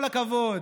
כל הכבוד.